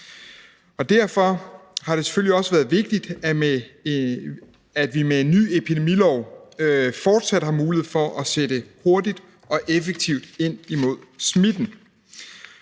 derfor har det selvfølgelig også været vigtigt, at vi med en ny epidemilov fortsat har mulighed for at sætte hurtigt og effektivt ind imod smitten.